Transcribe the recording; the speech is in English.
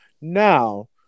Now